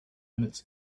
minutes